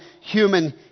human